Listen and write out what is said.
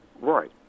Right